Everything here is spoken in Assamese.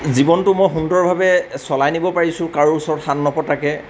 জীৱনটো মই সুন্দৰভাৱে চলাই নিব পাৰিছোঁ কাৰোঁ ওচৰত হাত নপতাকৈ